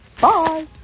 bye